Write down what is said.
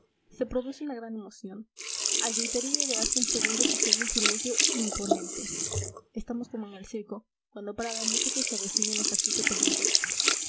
se produce una gran emoción al griterío de hace un segundo sucede un silencio imponente estamos como en el circo cuando para la música y se avecina el ejercicio peligroso